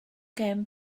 gêm